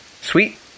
Sweet